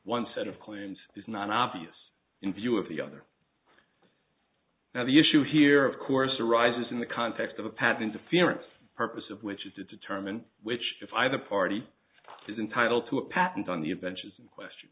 one set of claims is non obvious in view of the other now the issue here of course arises in the context of a patent a ference purpose of which is to determine which if either party is entitled to a patent on the benches in question